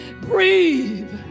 Breathe